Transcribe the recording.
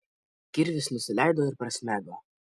kirvis nusileido ir prasmego